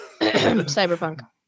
cyberpunk